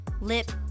lip